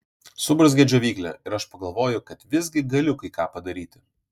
suburzgia džiovyklė ir aš pagalvoju kad visgi galiu kai ką padaryti